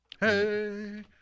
Hey